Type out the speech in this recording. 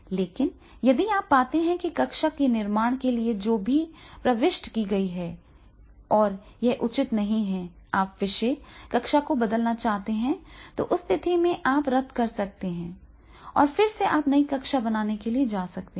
लेकिन यदि आप पाते हैं कि कक्षा के निर्माण के लिए जो भी प्रविष्टि की गई है और यह उचित नहीं है आप विषय कक्षा को बदलना चाहते हैं तो उस स्थिति में आप रद्द कर सकते हैं और फिर से आप नई कक्षा बनाने के लिए जा सकते हैं